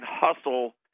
hustle